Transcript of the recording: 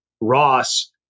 Ross